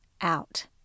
out